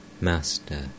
Master